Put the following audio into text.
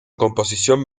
composición